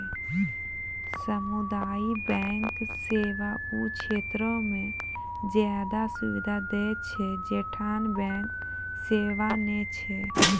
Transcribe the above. समुदायिक बैंक सेवा उ क्षेत्रो मे ज्यादे सुविधा दै छै जैठां बैंक सेबा नै छै